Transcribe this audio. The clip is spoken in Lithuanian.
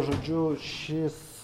žodžiu šis